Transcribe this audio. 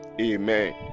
Amen